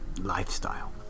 lifestyle